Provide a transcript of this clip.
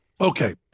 Okay